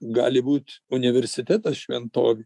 gali būt universitetas šventovė